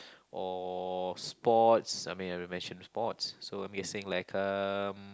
or sports I mean I will mention sports so I'm guessing like um